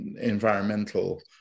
environmental